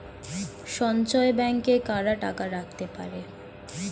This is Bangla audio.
সঞ্চয় ব্যাংকে কারা টাকা রাখতে পারে?